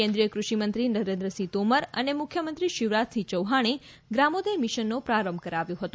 કેન્દ્રીય કૃષિમંત્રી નરેન્દ્રસિંહ તોમર અને મુખ્યમંત્રી શિવરાજસિંહ ચૌહાણે ગ્રામોદય મિશનનો પ્રારંભ કરાવ્યો હતો